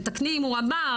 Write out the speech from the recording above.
תתקני אם הוא אמר